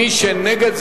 מי שנגד,